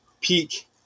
peak